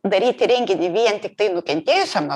daryti renginį vien tiktai nukentėjusiom nuo